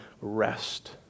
Rest